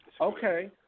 Okay